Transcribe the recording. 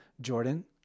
Jordan